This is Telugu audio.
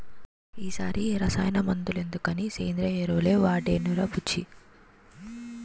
ఈ సారి రసాయన మందులెందుకని సేంద్రియ ఎరువులే వాడేనురా బుజ్జీ